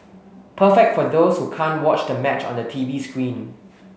perfect for those who can't watch the match on the T V screen